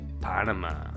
Panama